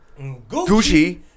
Gucci